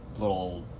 little